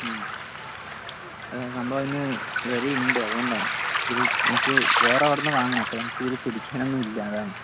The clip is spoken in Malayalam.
ആ സംഭവം അതിന് വിലയുണ്ട് അത് കൊണ്ടാണ് നമുക്ക് വേറെ അവിടുന്ന് വാങ്ങണം അപ്പോൾ നമുക്ക് അത് പിടിക്കാനൊന്നും ഇല്ല അതാണ്